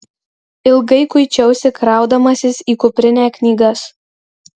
ilgai kuičiausi kraudamasis į kuprinę knygas